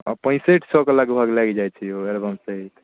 पैंसठि सएके लगभग लागि जाइ छै यौ एलबम सहित